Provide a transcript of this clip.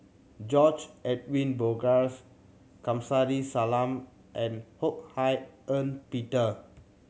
George Edwin Bogaars Kamsari Salam and Ho Hak Ean Peter